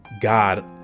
God